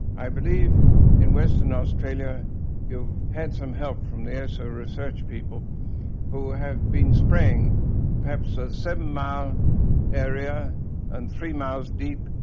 i believe in western australia you've had some help from the esso research people who have been spraying perhaps a seven-mile area and three miles deep,